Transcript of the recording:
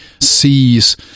sees